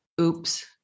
Oops